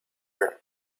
europe